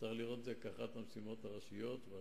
כל ראש ממשלה צריך לראות את זה כאחת מהמשימות הראשיות והראשוניות.